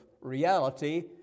reality